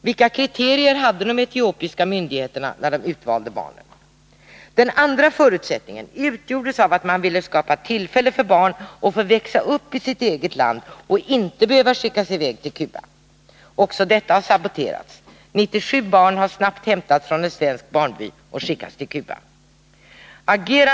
Vilka kriterier hade de etiopiska myndigheterna, när de utvalde barnen? Den andra förutsättningen var att man ville skapa tillfällen för barn att få växa upp i sitt eget land och inte behöva skickas i väg till Cuba. Också detta har saboterats. 97 barn har snabbt hämtats från en svensk barnby och skickats till Cuba.